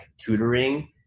tutoring